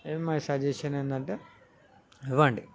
my suggestion ఏంటంటే ఇవ్వండి